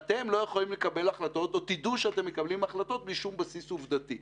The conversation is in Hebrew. אז הדרג המדיני לא יוכל לקבל החלטות בלי שום בסיס עובדתי.